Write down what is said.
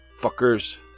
Fuckers